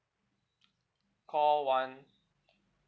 call one